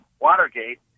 Watergate